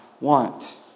want